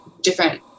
different